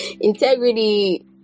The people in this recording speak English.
integrity